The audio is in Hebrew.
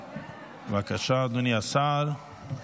בבקשה, אדוני השר,